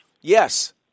Yes